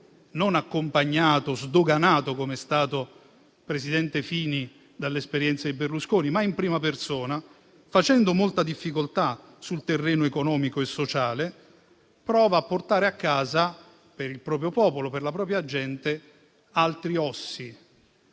non accompagnato e sdoganato, come è stato il presidente Fini dall'esperienza di Berlusconi, ma in prima persona, facendo molta difficoltà sul terreno economico e sociale, prova a portare a casa, per il proprio popolo, per la propria gente, altri "ossi".